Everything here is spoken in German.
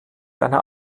einer